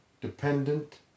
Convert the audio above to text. dependent